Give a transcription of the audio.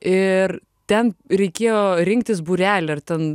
ir ten reikėjo rinktis būrelį ar ten